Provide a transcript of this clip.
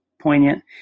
poignant